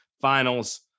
finals